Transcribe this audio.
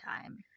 time